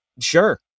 Sure